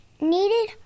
needed